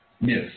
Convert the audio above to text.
Yes